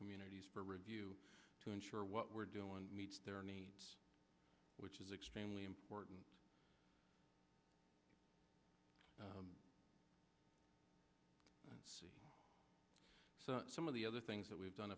communities for review to ensure what we're doing meets their needs which is extremely important see some of the other things that we've done